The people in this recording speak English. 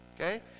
Okay